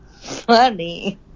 Funny